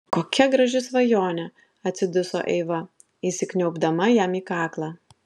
kokia graži svajonė atsiduso eiva įsikniaubdama jam į kaklą